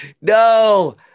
no